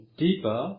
deeper